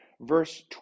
verse